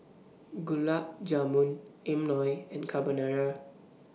Gulab Jamun Imoni and Carbonara